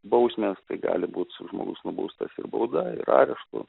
bausmės tai gali būti su žmogus nubaustas ir bauda ir areštu